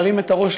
להרים את הראש,